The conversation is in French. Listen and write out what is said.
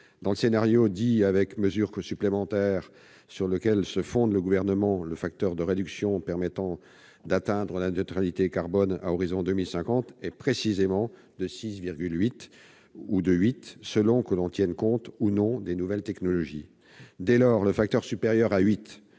d'après le scénario dit « avec mesures supplémentaires », ou AMS, sur lequel se fonde le Gouvernement, le facteur de réduction permettant d'atteindre la neutralité carbone à l'horizon de 2050 est précisément de 6,8 ou de 8, selon que l'on tient compte ou pas des nouvelles technologies. Dès lors, retenir un « facteur supérieur à 8